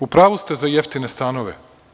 U pravu ste za jeftine stanove.